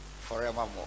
forevermore